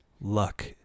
Luck